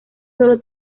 solo